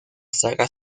saga